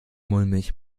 mulmig